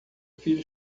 filho